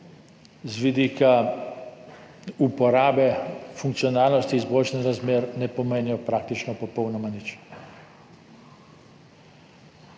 z vidika uporabe, funkcionalnosti, izboljšanja razmer ne pomenijo praktično popolnoma nič.